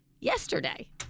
yesterday